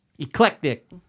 Eclectic